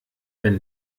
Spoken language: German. wenn